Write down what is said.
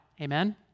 Amen